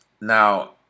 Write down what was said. Now